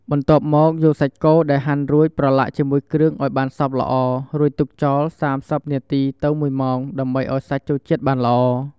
បន្ទាប់មកយកសាច់គោដែលហាន់រួចប្រឡាក់ជាមួយគ្រឿងឱ្យបានសព្វល្អ រួចទុកចោល ៣០ នាទីទៅ ១ ម៉ោង ដើម្បីឱ្យសាច់ចូលជាតិបានល្អ។